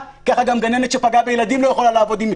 ככה גם גננת שפגעה בילדים לא יכולה לעבוד עוד עם ילדים,